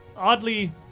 oddly